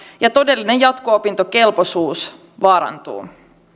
ja todellinen jatko opintokelpoisuus vaarantuu